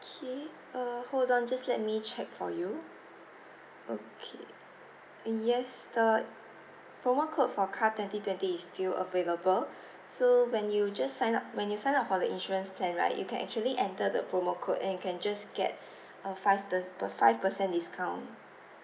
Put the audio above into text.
okay uh hold on just let me check for you okay yes the promo code for car twenty twenty is still available so when you just sign up when you sign up for the insurance plan right you can actually enter the promo code and you can just get a five the five percent discount